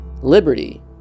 liberty